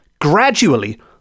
gradually